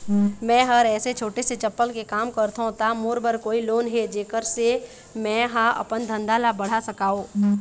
मैं हर ऐसे छोटे से चप्पल के काम करथों ता मोर बर कोई लोन हे जेकर से मैं हा अपन धंधा ला बढ़ा सकाओ?